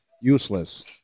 Useless